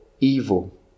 evil